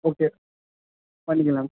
okay பண்ணிக்கலாம்